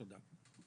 תודה.